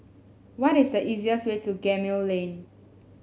what is the easiest way to Gemmill Lane